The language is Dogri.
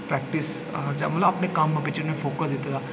प्रैक्टिस मतलब अपने कम्म बिच उ'न्नै फोकस दित्ते